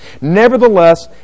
Nevertheless